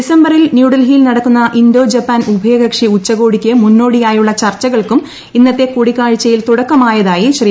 ഡിസംബറിൽ ന്യൂഡൽഹിയിൽ നടക്കുന്ന ഇന്തോ ജപ്പാൻ ഉഭയകക്ഷി ഉച്ചകോടിക്ക് മുന്നോടിയായുള്ള ചർച്ചകൾക്കും ഇന്നത്തെ കൂടിക്കാഴ്ചയിൽ തുടക്കമായതായി ശ്രീ